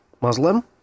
Muslim